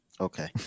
okay